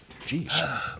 jeez